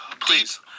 Please